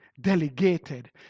delegated